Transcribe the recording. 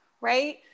right